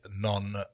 non